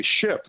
ship